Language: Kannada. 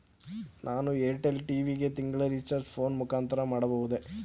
ನಾನು ಏರ್ಟೆಲ್ ಟಿ.ವಿ ಗೆ ತಿಂಗಳ ರಿಚಾರ್ಜ್ ಫೋನ್ ಮುಖಾಂತರ ಮಾಡಬಹುದೇ?